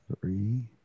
three